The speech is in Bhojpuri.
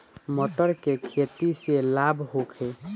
मटर के खेती से लाभ होखे?